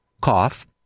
cough